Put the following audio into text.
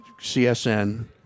CSN